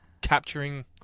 capturing